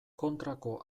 kontrako